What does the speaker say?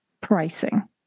pricing